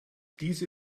diese